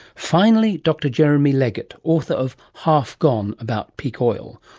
finally, dr jeremy leggett, author of half gone about peak oil,